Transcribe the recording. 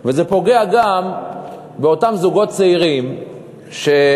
וזה פוגע גם באותם זוגות צעירים שיאיר